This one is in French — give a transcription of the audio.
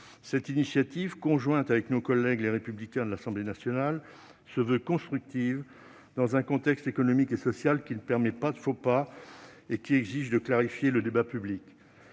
Cette initiative, conjointe avec nos collègues Les Républicains de l'Assemblée nationale, se veut constructive, dans un contexte économique et social qui ne permet pas de faux pas et exige de clarifier le débat public.